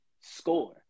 score